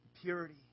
Purity